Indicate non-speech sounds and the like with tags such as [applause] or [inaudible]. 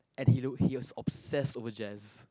and he [noise] he was obsessed over Jazz